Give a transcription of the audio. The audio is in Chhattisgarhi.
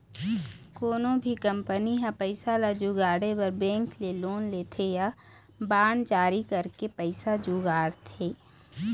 कोनो भी कंपनी ह पइसा ल जुगाड़े बर बेंक ले लोन लेथे या बांड जारी करके पइसा जुगाड़थे